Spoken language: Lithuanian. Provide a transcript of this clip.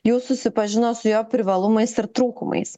jau susipažino su jo privalumais ir trūkumais